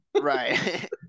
Right